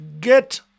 get